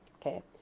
Okay